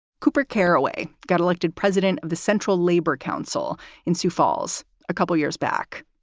cooper caraway got elected president of the central labor council in sioux falls a couple years back.